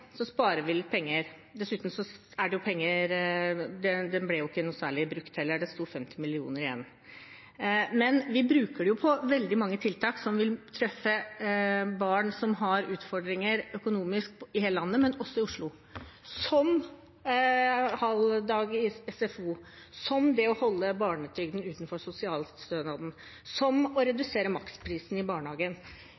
sparer vi litt penger – dessuten ble den jo ikke noe særlig brukt heller, det sto 50 mill. kr igjen. Vi bruker det på veldig mange tiltak som vil treffe barn som har utfordringer økonomisk i hele landet, men også i Oslo, som halv dag i SFO, som å holde barnetrygden utenfor sosialstønaden, som å